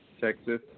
Texas